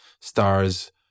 stars